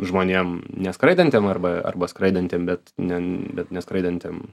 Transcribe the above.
žmonėm neskraidantiem arba arba skraidantiem bet ne bet neskraidantiem